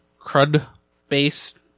CRUD-based